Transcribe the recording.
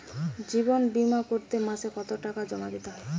জীবন বিমা করতে মাসে কতো টাকা জমা দিতে হয়?